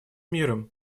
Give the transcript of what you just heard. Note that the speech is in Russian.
миром